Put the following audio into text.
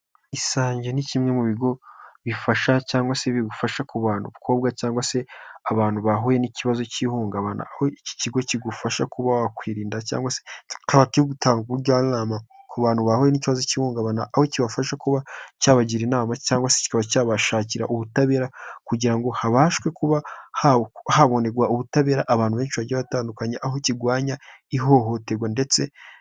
Isange ni kimwe mu bigo bifasha cyangwa se bigufasha ku bakobwa cyangwa se abantu bahuye n'ikibazo cy'ihungabana, aho iki kigo kigufasha kuba wakwirinda cyangwa gutanga ubujyanama ku bantu bahuye n'ikibazo k'ihungabana aho kibafasha kuba cyabagira inama cyangwa se kikaba cyabashakira ubutabera kugira ngo habashwe kuba habonerwa ubutabera abantu benshi bagiye batandukanye aho kirwanya ihohoterwa ndetse.